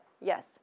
Yes